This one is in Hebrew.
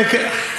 מקבל.